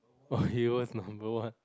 oh he was number one